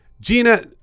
Gina